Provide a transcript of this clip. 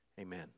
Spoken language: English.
Amen